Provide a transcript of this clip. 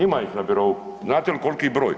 Ima ih na birou, znate li koliki broj?